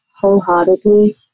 wholeheartedly